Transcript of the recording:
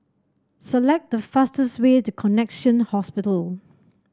select the fastest way to Connexion Hospital